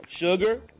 Sugar